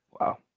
Wow